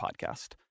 podcast